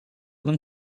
them